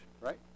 right